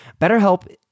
BetterHelp